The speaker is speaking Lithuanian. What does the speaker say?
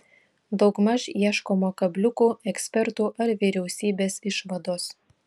daugmaž ieškoma kabliukų ekspertų ar vyriausybės išvados